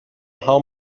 how